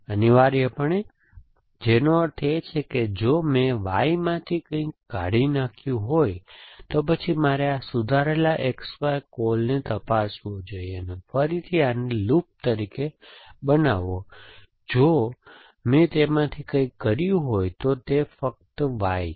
અનિવાર્યપણે જેનો અર્થ એ છે કે જો મેં Y માંથી કંઈક કાઢી નાખ્યું હોય તો પછી મારે આ સુધારેલા XY કૉલને તપાસવા જોઈએ ફરીથી આને લૂપ તરીકે બનાવો જો મેં તેમાંથી કંઈક કર્યું હોય તો તે ફક્ત Y છે